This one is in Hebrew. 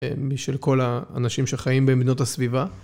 משל כל האנשים שחיים במדינות הסביבה.